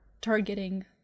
targeting